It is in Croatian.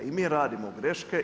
I mi radimo greške.